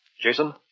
Jason